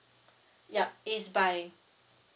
yup it's by